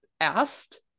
asked